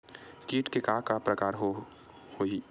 कीट के का का प्रकार हो होही?